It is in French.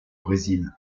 brésil